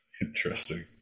interesting